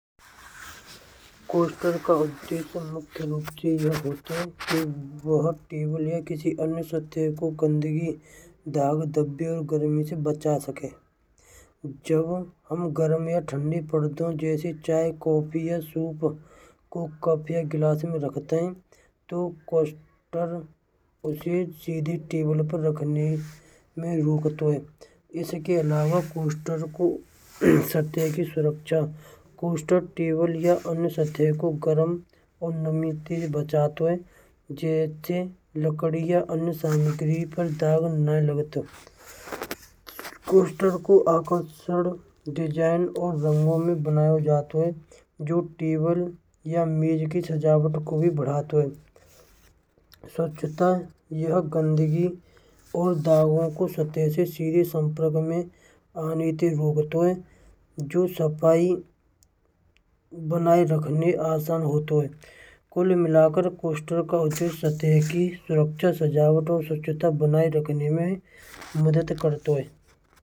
पोस्टर प्रतियोगिता मुख्य रूप से यह होता है। वह केवल या किसी अन्य सत्य को गंदी दाग धब्बे और गर्मी से बचा सके। जब हम गर्म या ठंडी पदार्थ जैसे चाय, कॉफी या सूप को कप या गिलास में रखते हैं। पोस्टर सीधी टेबल पर रखने में रुकते हैं। इसके अलावा पोस्टर को सतह की सुरक्षा। पोस्टर टेबल या अन्य सतह को गरम और नमी से बचाता है। जैसे लकड़ी या अन्य सामग्री या लकड़ी पर दाग न लगता। पोस्टर को आकर्षक डिज़ाइन और रंगीन बनाया जाता है जो टेबल और मेज़ की सजावट को भी बनाता है। स्वच्छता या गंदगी और दागों को सतह से सीधे संपर्क में आने से रोकता है। जो सफाई बनाए रखने आसान होता है। कुल मिलाकर पोस्टर की सतह की सुरक्षा, स्वच्छता बनाने में मदद करता